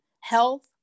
health